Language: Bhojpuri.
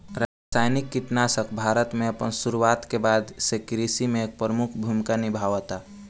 रासायनिक कीटनाशक भारत में अपन शुरुआत के बाद से कृषि में एक प्रमुख भूमिका निभावता